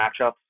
matchups